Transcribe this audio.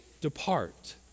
Depart